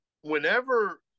whenever